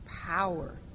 power